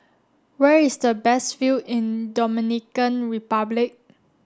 where is the best view in Dominican Republic